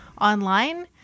online